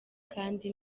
kandi